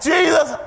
Jesus